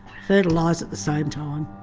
fertilise at the same time.